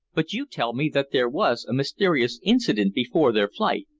but you tell me that there was a mysterious incident before their flight.